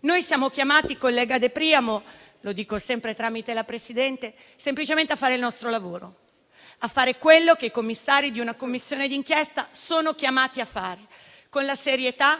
Noi siamo chiamati, collega De Priamo, lo dico sempre tramite la Presidente, semplicemente a fare il nostro lavoro, a fare quello che i Commissari di una Commissione d'inchiesta sono chiamati a fare, con la serietà,